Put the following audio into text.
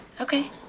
Okay